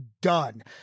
done